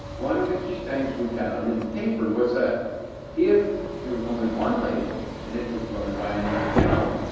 one of the key things we found in the paper was that if there was only one label and it was run by an ngo,